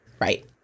Right